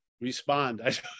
Respond